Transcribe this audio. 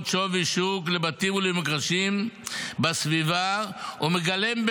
שווי שוק לבתים ולמגרשים בסביבה ומגלם,